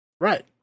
Right